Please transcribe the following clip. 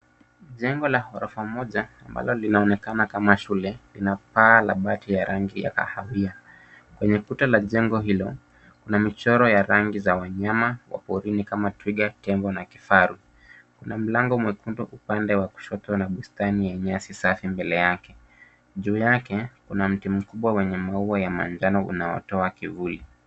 Jengo la ghorofa moja ambalo linaonekana kama shule lina paa na bati ya rangi ya kahawia. Kwenye kuta la jengo hilo kuna michoro za rangi ya wanyama wa porini kama twiga, tembo na kifaru kuna mlango mwekundu upande wa kushoto na bustani yenyewe si safi mbele yake. Juu yake kuna mti mkubwa wenye maua ya manjano unaotoa kivuli.